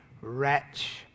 wretch